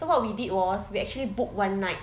so what we did was we actually booked one night